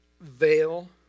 veil